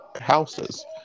houses